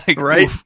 right